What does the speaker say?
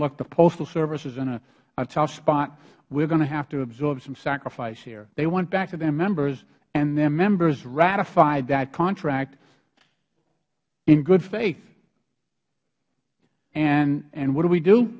look the postal service is in a tough spot we are going to have to absorb some sacrifice here they went back to their members and their members ratified that contract in good faith and what do we do